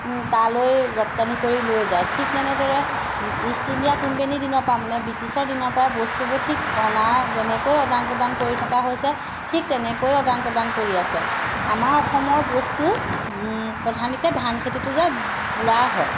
তালৈ ৰপ্তানি কৰি লৈ যায় ঠিক তেনেদৰে ইষ্ট ইণ্ডিয়া কোম্পানীৰ দিনৰ পৰা মানে ব্ৰিটিছৰ দিনৰ পৰাই বস্তুবোৰ ঠিক অনা যেনেকৈ অদান প্ৰদান কৰি থকা হৈছে ঠিক তেনেকৈ অদান প্ৰদান কৰি আছে আমাৰ অসমৰ বস্তু প্ৰধানিকৈ ধান খেতিটো যে বুঢ়া হয়